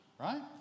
right